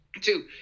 two